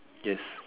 yes